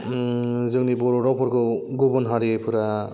जोंनि बर' रावफोरखौ गुबुन हारिफोरा